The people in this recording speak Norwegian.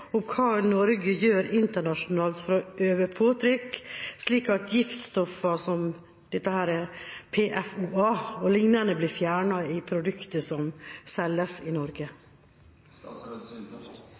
hva Norge gjør internasjonalt for å utøve påtrykk, slik at giftstoffer som PFOA o.l. blir fjernet i produkter som selges i Norge?